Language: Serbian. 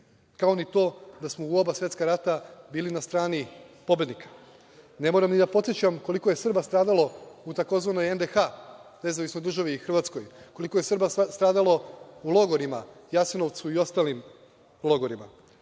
kao ni to da smo u oba svetska rata bili na strani pobednika. Ne moram ni da podsećam koliko je Srba stradalo u tzv. NDH – nezavisnoj državi Hrvatskoj, koliko je Srba stradalo u logorima Jasenovcu i ostalim logorima. Ne